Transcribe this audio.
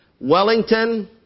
Wellington